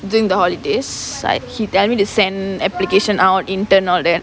during the holidays like he tell me to send applications out intern all that